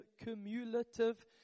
cumulative